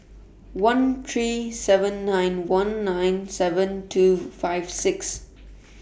one three seven nine one nine seven two five six